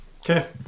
Okay